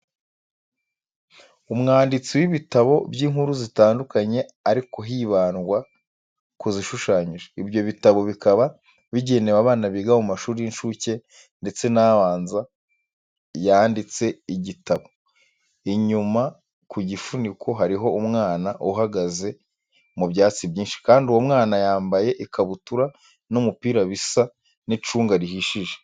Umwanditsi w'ibitabo by'inkuru zitandukanye ariko hibandwa ku zishushanyije. Ibyo bitabo bikaba bigenewe abana biga mu mashuri y'incuke ndetse n'abanza yanditse igitabo, inyuma ku gifuniko hariho umwana uhagaze mu byatsi byinshi kandi uwo mwana yambaye ikabutura n'umupira bisa n'icunga rihishije.